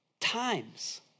times